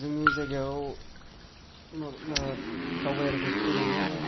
जोंनि जायगायाव माब मा दावबायारिफोर फैनायनि